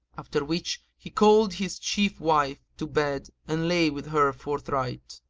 after which he called his chief wife to bed and lay with her forthright.